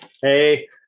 Hey